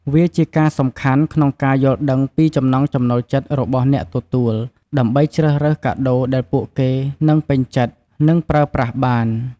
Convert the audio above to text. វាជាការសំខាន់ក្នុងការយល់ដឹងពីចំណង់ចំណូលចិត្តរបស់អ្នកទទួល ដើម្បីជ្រើសរើសកាដូដែលពួកគេនឹងពេញចិត្ត និងប្រើប្រាស់បាន។